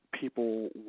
people